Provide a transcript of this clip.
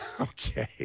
Okay